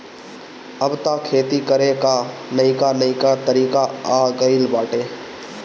अब तअ खेती करे कअ नईका नईका तरीका आ गइल बाटे